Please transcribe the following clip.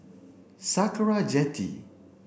Sakra Jetty